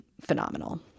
phenomenal